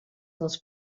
dels